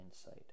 insight